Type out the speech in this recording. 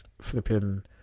flipping